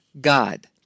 God